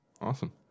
Awesome